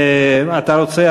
אתה רוצה,